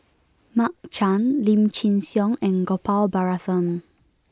Mark Chan Lim Chin Siong and Gopal Baratham